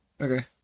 Okay